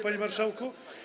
Panie Marszałku!